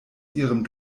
ihrem